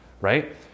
right